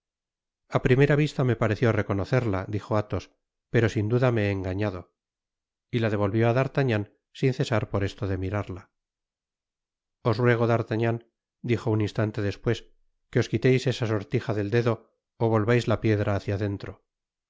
a primera vista me pareció reconocerla dijo athos pero sin duda me he engañado y la devolvió á d'artagnan sin cesar por esto de mirarla os ruego d'artagnan dijo un instante despues que os quiteis esa sortija del dedo ó volvais la piedra hácia dentro me